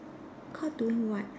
caught doing what